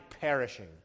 perishing